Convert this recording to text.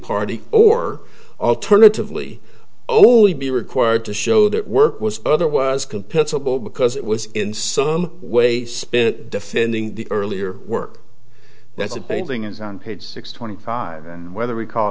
party or alternatively only be required to show that work was otherwise compensable because it was in some way spent defending the earlier work that's a painting is on page six twenty five and whether we call